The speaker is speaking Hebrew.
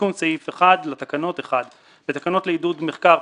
תיקון סעיף 1 לתקנות בתקנות לעידוד מחקר,